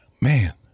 man